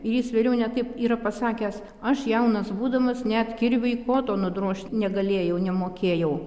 ir jis vėliau net taip yra pasakęs aš jaunas būdamas net kirviui koto nudrožt negalėjau nemokėjau